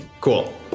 Cool